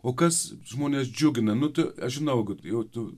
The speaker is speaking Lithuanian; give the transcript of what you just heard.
o kas žmones džiugina nu tu aš žinau kad jau tu